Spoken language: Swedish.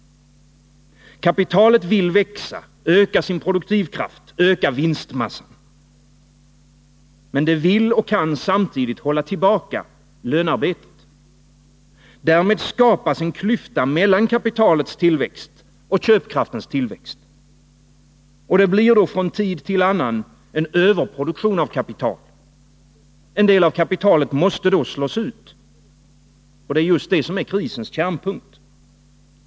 Kapitalet vill växa, öka sin produktivkraft, öka vinstmassan. Men det vill och kan samtidigt hålla tillbaka lönarbetet. Därmed skapas en klyfta mellan kapitalets tillväxt och köpkraftens tillväxt. Det blir från tid till annan en överproduktion av kapital. En del av kapitalet måste då slås ut. Det är just det som är krisens kärnpunkt.